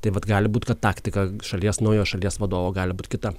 tai vat gali būt kad taktika šalies naujo šalies vadovo gali būt kita